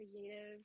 creative